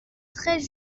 très